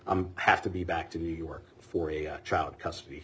have to be back to new york for a child custody